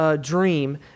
dream